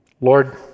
Lord